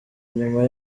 nyuma